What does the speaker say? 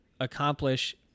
accomplish